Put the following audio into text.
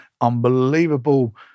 unbelievable